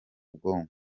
bwonko